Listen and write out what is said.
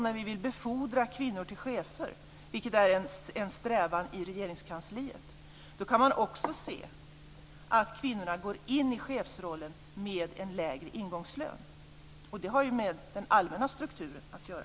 När vi vill befordra kvinnor till chefer, vilket är en strävan i Regeringskansliet, kan vi också se att kvinnorna går in i chefsrollen med en lägre ingångslön. Det har ju med den allmänna strukturen att göra.